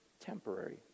temporary